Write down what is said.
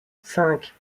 cinq